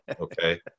okay